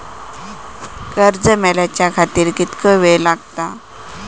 कर्ज मेलाच्या खातिर कीतको वेळ लागतलो?